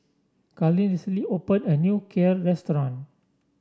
Carleen recently opened a new Kheer restaurant